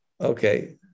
Okay